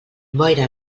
boira